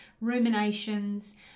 ruminations